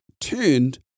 turned